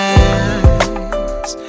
eyes